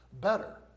better